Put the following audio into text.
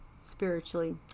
spiritually